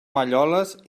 malloles